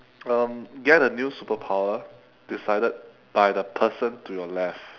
um get a new superpower decided by the person to you left